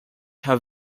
have